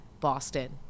Boston